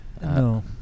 No